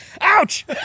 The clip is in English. Ouch